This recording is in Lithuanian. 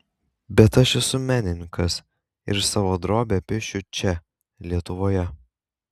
bet aš esu menininkas ir savo drobę piešiu čia lietuvoje